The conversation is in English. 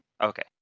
Okay